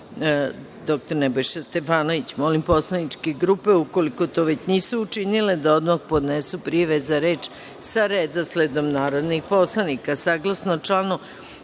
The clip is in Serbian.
dr Nebojša Stefanović. Molim poslaničke grupe, ukoliko to već nisu učinile, da odmah podnesu prijave za reč sa redosledom narodnih poslanika. Saglasno